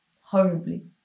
horribly